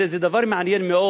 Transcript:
זה דבר מעניין מאוד.